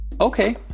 Okay